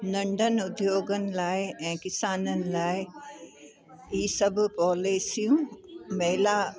नंढनि उद्योगनि लाइ ऐं किसाननि लाइ हीअ सभु पॉलिसियूं महिला